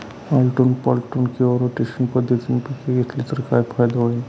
आलटून पालटून किंवा रोटेशन पद्धतीने पिके घेतली तर काय फायदा होईल?